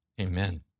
Amen